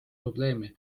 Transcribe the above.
probleemi